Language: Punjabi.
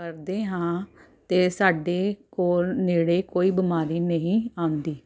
ਕਰਦੇ ਹਾਂ ਅਤੇ ਸਾਡੇ ਕੋਲ ਨੇੜੇ ਕੋਈ ਬਿਮਾਰੀ ਨਹੀਂ ਆਉਂਦੀ